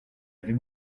avait